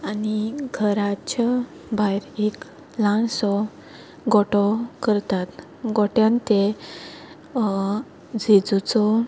आनी घराच्या भायर एक ल्हानसो गोठो करतात गोठ्यान ते जेझूचो